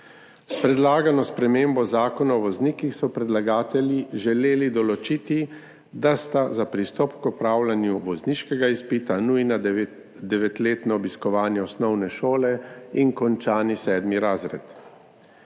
S predlagano spremembo Zakona o voznikih so predlagatelji želeli določiti, da sta za pristop k opravljanju vozniškega izpita nujna devetletno obiskovanje osnovne šole in končani sedmi razred.